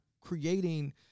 creating